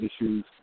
issues